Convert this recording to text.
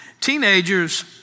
Teenagers